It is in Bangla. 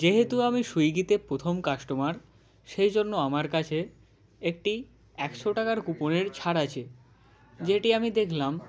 যেহেতু আমি সুইগিতে প্রথম কাস্টমার সেই জন্য আমার কাছে একটি একশো টাকার কুপনের ছাড় আছে যেটি আমি দেখলাম